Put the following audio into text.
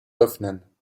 öffnen